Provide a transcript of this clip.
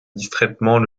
distraitement